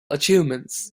achievements